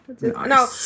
No